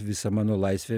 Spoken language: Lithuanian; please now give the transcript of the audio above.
visa mano laisvė